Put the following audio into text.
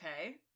Okay